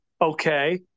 Okay